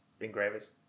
engravers